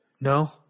No